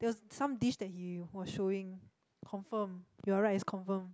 there was some dish that he was showing confirm you are right it's confirm